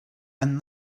and